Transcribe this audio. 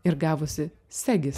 ir gavosi segis